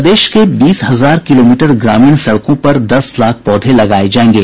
प्रदेश के बीस हजार किलोमीटर ग्रामीण सड़कों पर दस लाख पौधे लगाये जायेंगे